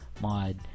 mod